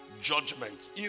Judgment